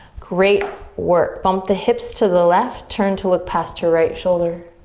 great work. bump the hips to the left. turn to look past your right shoulder.